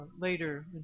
later